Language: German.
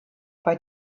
bei